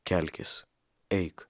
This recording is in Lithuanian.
kelkis eik